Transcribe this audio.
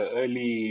early